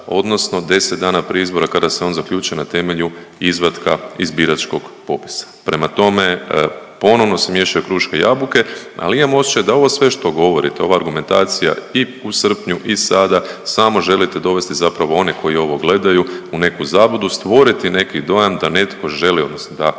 odnosno 10 dana prije izbora kada se on zaključi na temelju izvatka iz biračkog popisa. Prema tome, ponovno se miješaju kruške i jabuke, ali imam osjećaj da ovo sve što govorite, ova argumentacija i u srpnju i sada samo želite dovesti zapravo one koji ovo gledaju u neku zabludu, stvoriti neki dojam da netko želi odnosno da konkretno